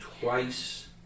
twice